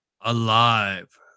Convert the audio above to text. alive